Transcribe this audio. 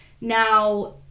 Now